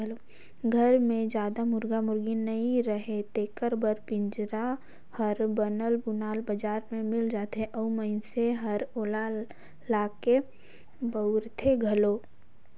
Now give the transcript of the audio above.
घर मे जादा मुरगा मुरगी नइ रहें तेखर बर पिंजरा हर बनल बुनाल बजार में मिल जाथे अउ मइनसे ह ओला लाके बउरथे घलो